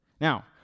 Now